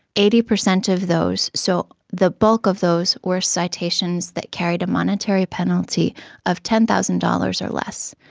eighty percent of those, so the bulk of those were citations that carried a monetary penalty of ten thousand dollars or less.